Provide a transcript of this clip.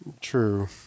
True